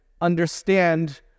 understand